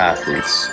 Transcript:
Athletes